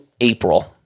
April-